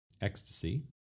Ecstasy